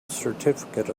certificate